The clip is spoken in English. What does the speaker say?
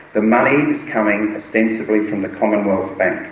the money is coming ostensibly from the commonwealth bank.